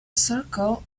circle